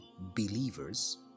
believers